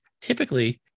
Typically